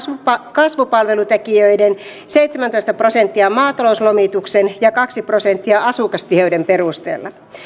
kasvupalvelutekijöiden seitsemäntoista prosenttia maatalouslomituksen ja kaksi prosenttia asukastiheyden perusteella